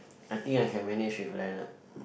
I think I can manage with Leonard